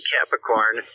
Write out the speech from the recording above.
Capricorn